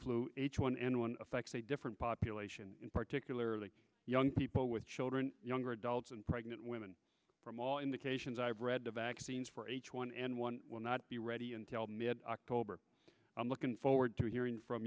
flu h one n one affects a different population particularly young people with children younger adults and pregnant women from all indications i've read the vaccines for h one n one will not be ready until mid october i'm looking forward to hearing from